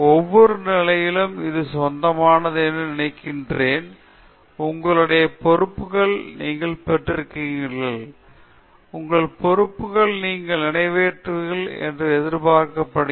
ஒவ்வொரு நிலையிலும் இது சொந்தமானது என நீங்கள் நினைக்கிறீர்கள் உங்களுடைய பொறுப்புகளை நீங்கள் பெற்றிருக்கிறீர்கள் உங்கள் பொறுப்புகளை நீங்கள் நிறைவேற்றுவீர்கள் என்று எதிர்பார்க்கப்படுகிறது